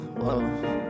whoa